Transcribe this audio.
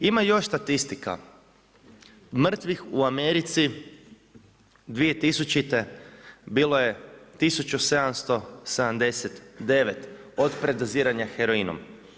Ima još statistika, mrtvih u Americi 2000. bilo je 1779 od predoziranja heroinom.